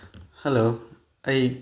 hello ꯑꯩ